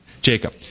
Jacob